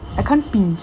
I can't pinch